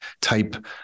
type